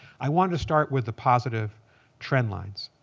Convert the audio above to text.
i wanted to start with the positive trend lines.